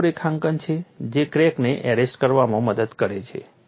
આ રૂપરેખાંકન છે જે ક્રેકને એરેસ્ટ કરવામાં મદદ કરશે